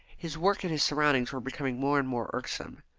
his work and his surroundings were becoming more and more irksome.